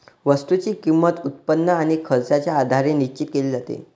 वस्तूची किंमत, उत्पन्न आणि खर्चाच्या आधारे निश्चित केली जाते